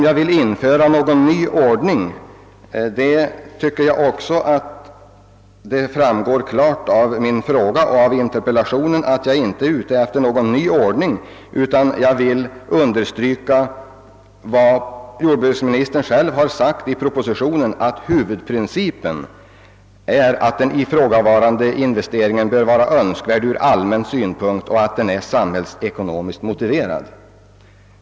Jag vill inte införa någon ny ordning, det torde framgå av interpellationen. Jag vill endast få understruket vad jordbruksministern har sagt i propositionen, att huvudprincipen är »att den ifrågasatta investeringen bör vara önskvärd ur allmän synpunkt och att den är samhällsekonomiskt motiverad».